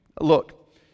look